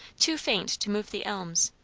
too faint to move the elms,